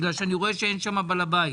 בגלל שאני רואה שאין שם בעל בית.